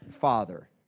Father